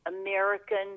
american